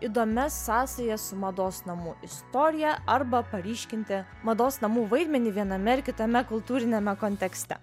įdomias sąsajas su mados namų istorija arba paryškinti mados namų vaidmenį viename ar kitame kultūriniame kontekste